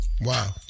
Wow